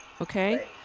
okay